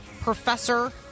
professor